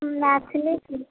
Maithili film